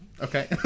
Okay